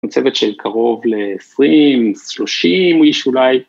הצוות של קרוב לעשרים, שלושים איש אולי.